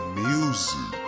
music